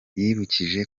yibukije